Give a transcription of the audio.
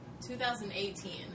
2018